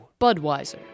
Budweiser